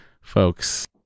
folks